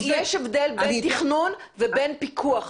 אדוני, יש הבדל בין תכנון ובין פיקוח.